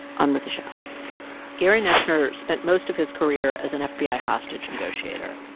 on with the show gary noesner spent most of his career as an fbi ah hostage negotiator.